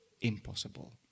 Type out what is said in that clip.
impossible